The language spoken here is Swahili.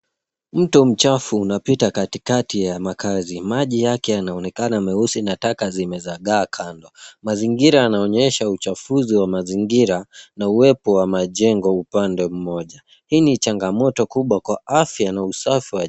Mto mchafu unapita katikati ya makazi. Maji yake yanaonekana meusi na taka zimezagaa kando. Mazingira yanaonyesha uchafuzi wa mazingira na uwepo wa majengo upande mmoja. Hii ni changamoto kubwa kwa afya na usafi wa